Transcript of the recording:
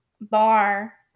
bar